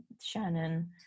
Shannon